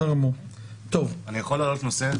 אני יכול להעלות נושא?